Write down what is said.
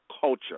culture